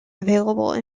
available